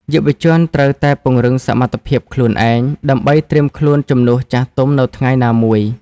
យុវជនត្រូវតែពង្រឹងសមត្ថភាពខ្លួនឯង ដើម្បីត្រៀមខ្លួនជំនួសចាស់ទុំនៅថ្ងៃណាមួយ។